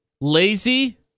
lazy